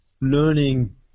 learning